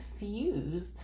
infused